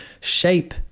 shape